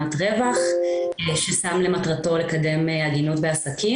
רוב מי שיושב פה בחדר יודע לעשות איזשהו סקר שוק.